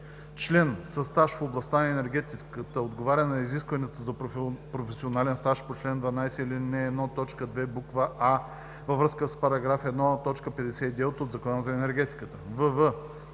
член със стаж в областта на енергетиката отговаря на изискването за професионален стаж по чл. 12, ал. 1, т. 2, буква „а“ във връзка с § 1, т. 59 от Закона за енергетиката; вв)